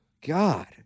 god